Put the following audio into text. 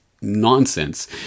nonsense